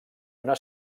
una